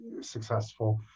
successful